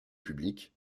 public